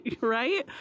Right